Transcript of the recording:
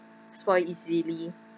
spoil easily